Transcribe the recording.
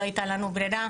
לא הייתה לנו ברירה,